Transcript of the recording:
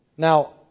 Now